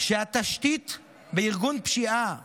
שהתשתית בארגון פשיעה קיימת,